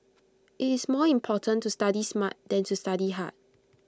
IT is more important to study smart than to study hard